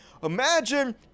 Imagine